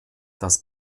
das